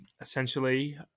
essentially